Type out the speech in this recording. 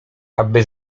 aby